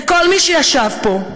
וכל מי שישב פה,